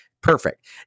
Perfect